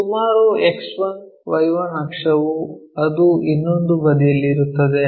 ಸುಮಾರು X1Y1 ಅಕ್ಷವು ಅದು ಇನ್ನೊಂದು ಬದಿಯಲ್ಲಿರುತ್ತದೆ